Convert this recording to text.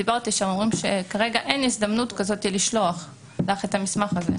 הם אומרים שכרגע אין הזדמנות לשלוח את המסמך הזה.